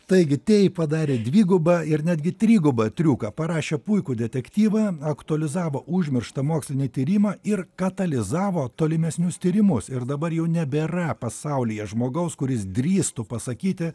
taigi tey padarė dvigubą ir netgi trigubą triuką parašė puikų detektyvą aktualizavo užmirštą mokslinį tyrimą ir katalizavo tolimesnius tyrimus ir dabar jau nebėra pasaulyje žmogaus kuris drįstų pasakyti